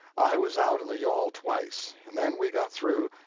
i was out in the yawl twice, and then we got through,